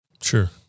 Sure